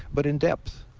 but in depth.